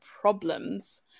problems